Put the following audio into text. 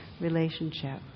relationship